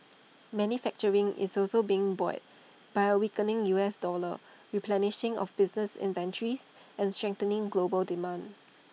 manufacturing is also being buoyed by A weakening U S dollar replenishing of business inventories and strengthening global demand